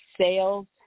sales